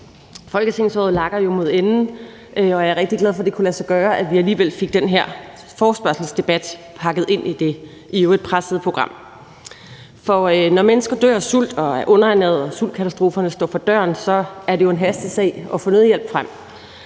Folketingsåret lakker jo mod enden, og jeg er rigtig glad for, at det kunne lade sig gøre, at vi alligevel fik den her forespørgselsdebat pakket ind i det i øvrigt pressede program. Når mennesker dør af sult og er underernærede og sultkatastroferne står for døren, er det jo en hastesag at få nødhjælp frem.